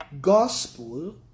gospel